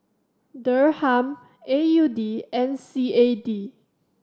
Dirham A U D and C A D